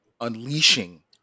unleashing